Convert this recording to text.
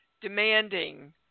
demanding